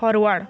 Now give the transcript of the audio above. forward